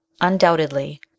Undoubtedly